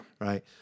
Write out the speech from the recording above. Right